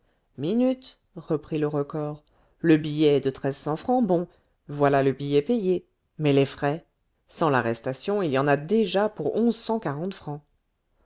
minute reprit le recors le billet est de treize cents francs bon voilà le billet payé mais les frais sans l'arrestation il y en a déjà pour onze cent quarante francs